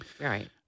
right